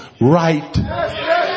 right